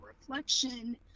reflection